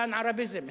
פאן-ערביזם,